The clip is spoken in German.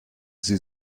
sie